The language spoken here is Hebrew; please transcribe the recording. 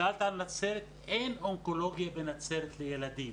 שאלת על נצרת, אין אונקולוגיה בנצרת לילדים.